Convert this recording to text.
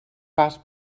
pas